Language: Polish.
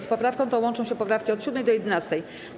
Z poprawką tą łączą się poprawki od 7 do 11.